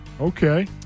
Okay